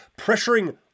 pressuring